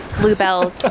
Bluebell